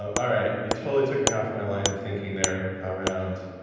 all right, you totally took me off my line of thinking there around.